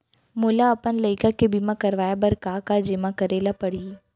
मोला अपन लइका के बीमा करवाए बर का का जेमा करे ल परही?